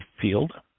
field